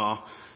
som